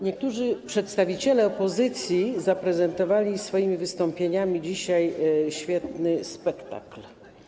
Niektórzy przedstawiciele opozycji zaprezentowali swoimi wystąpieniami dzisiaj świetny spektakl.